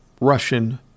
Russian